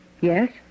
Yes